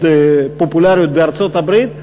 מאוד פופולריות בארצות-הברית,